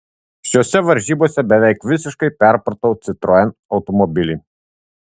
šiose varžybose beveik visiškai perpratau citroen automobilį